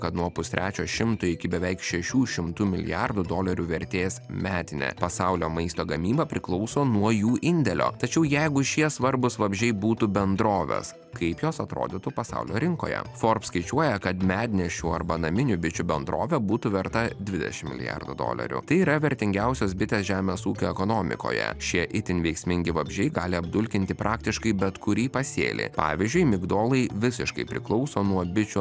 kad nuo pustrečio šimto iki beveik šešių šimtų milijardų dolerių vertės metinė pasaulio maisto gamyba priklauso nuo jų indėlio tačiau jeigu šie svarbūs vabzdžiai būtų bendrovės kaip jos atrodytų pasaulio rinkoje forbes skaičiuoja kad mednešių arba naminių bičių bendrovė būtų verta dvidešim milijardų dolerių tai yra vertingiausios bitės žemės ūkio ekonomikoje šie itin veiksmingi vabzdžiai gali apdulkinti praktiškai bet kurį pasėlį pavyzdžiui migdolai visiškai priklauso nuo bičių